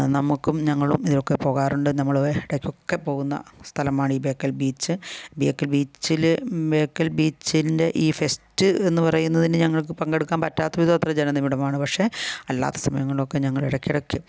നമുക്കും ഞങ്ങളും ഇതിനൊക്കെ പോകാറുണ്ട് നമ്മൾ വെ ഇടയ്ക്കൊക്കെ പോകുന്ന സ്ഥലമാണ് ഈ ബേക്കൽ ബീച്ച് ബേക്കൽ ബീച്ചിൽ ബേക്കൽ ബീച്ചിൻ്റെ ഈ ഫെസ്റ്റ് എന്ന് പറയുന്നതിന് ഞങ്ങൾക്ക് പങ്കെടുക്കാൻ പറ്റാത്ത വിധം അത്ര ജനനിബിഡമാണ് പക്ഷേ അല്ലാത്ത സമയങ്ങളിലൊക്കെ ഞങ്ങൾ ഇടയ്ക്കിടയ്ക്ക്